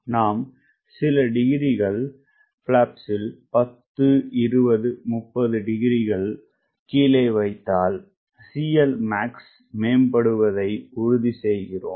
நாம் சிலடிகிரிகள்உதாரணமாக 10 20 30டிகிரிகள்பிளாப்ஸ்கீழே வைத்தாள் CLmaxமேன்படுவதைஉறுதி செய்கிறோம்